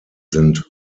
sind